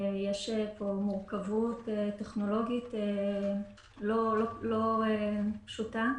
יש פה מורכבות טכנולוגית לא פשוטה.